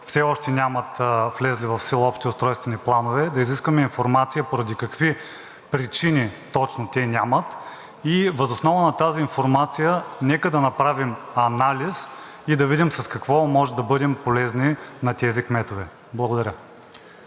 все още нямат влезли в сила общи устройствени планове, да изискаме информация поради какви причини точно те нямат и въз основа на тази информация нека да направим анализ и да видим с какво можем да бъдем полезни на тези кметове. Благодаря.